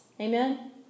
Amen